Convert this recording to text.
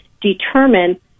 determine